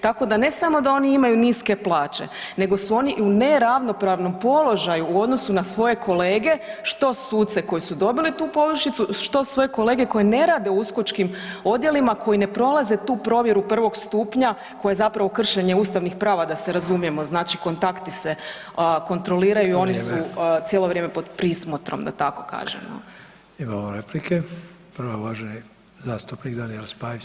Tako da ne samo da oni imaju niske plaće, nego su oni u neravnopravnom položaju u odnosu na svoje kolege, što suce koji su dobili tu povišicu, što svoje kolege koji ne rade u uskočkim odjelima koji ne prolaze tu provjeru prvog stupnja, koja je zapravo kršenje ustavnih prava, da se razumijemo, znači kontakti se kontroliraju, oni [[Upadica: Vrijeme.]] su cijelo vrijeme pod prismotrom, da tako kažemo.